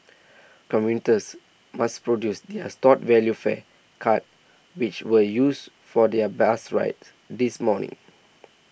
commuters must produce their stored value fare cards which were used for their bus rides this morning